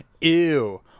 Ew